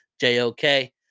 J-O-K